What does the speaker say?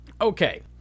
Okay